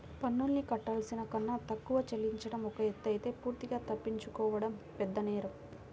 పన్నుల్ని కట్టాల్సిన కన్నా తక్కువ చెల్లించడం ఒక ఎత్తయితే పూర్తిగా తప్పించుకోవడం పెద్దనేరం